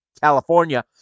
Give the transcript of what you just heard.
California